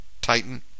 Titan